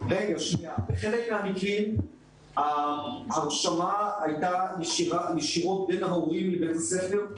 בחלק מהמקרים ההרשמה הייתה ישירות בין ההורים לבית-הספר.